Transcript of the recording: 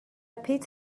پیت